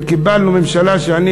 וקיבלנו ממשלה שאני,